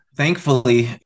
Thankfully